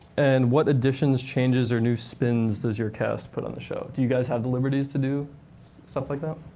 and what additions, changes, or new spins does your cast put on the show? do you guys have the liberties to do stuff like that?